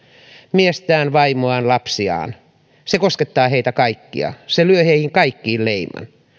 miestä vaimoa lapsia se koskettaa heitä kaikkia se lyö heihin kaikkiin leiman